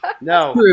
No